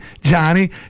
Johnny